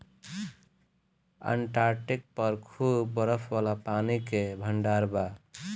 Antarctic पर खूबे बरफ वाला पानी के भंडार बा